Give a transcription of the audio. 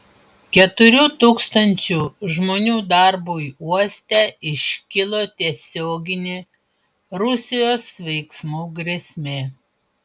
keturių tūkstančių žmonių darbui uoste iškilo tiesioginė rusijos veiksmų grėsmė